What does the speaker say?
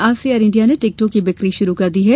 आज से Air India ने टिकटों की बिक्री शुरू कर दी है